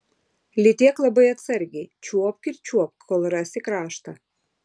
lytėk labai atsargiai čiuopk ir čiuopk kol rasi kraštą